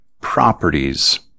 properties